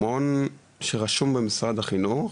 הוא מעון שרשום במשרד החינוך,